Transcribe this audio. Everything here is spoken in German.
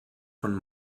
von